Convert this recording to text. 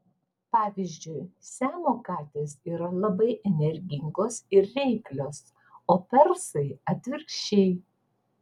pavyzdžiui siamo katės yra labai energingos ir reiklios o persai atvirkščiai